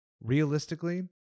realistically